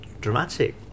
dramatic